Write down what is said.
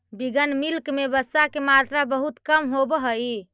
vegan milk में वसा के मात्रा बहुत कम होवऽ हइ